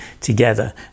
together